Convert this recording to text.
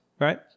right